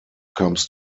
comes